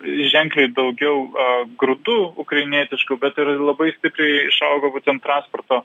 ženkliai daugiau grūdų ukrainietiškų bet ir labai stipriai išaugo būtent transporto